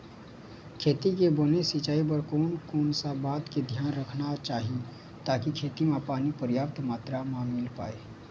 खेती के बने सिचाई बर कोन कौन सा बात के धियान रखना चाही ताकि खेती मा पानी पर्याप्त मात्रा मा मिल पाए?